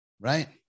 Right